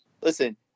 Listen